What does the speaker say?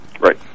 Right